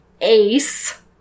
ACE